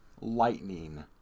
lightning